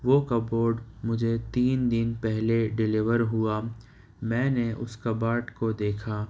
وہ cupboard مجھے تین دِن پہلے ڈیلیور ہُوا میں نے اُس کب اٹ کو دیکھا